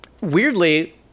Weirdly